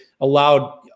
allowed